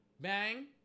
Bang